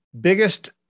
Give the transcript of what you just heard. Biggest